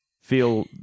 feel